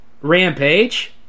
Rampage